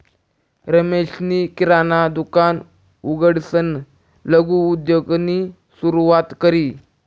रमेशनी किराणा दुकान उघडीसन लघु उद्योगनी सुरुवात करी